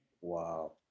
Wow